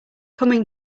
coming